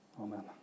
Amen